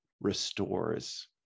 restores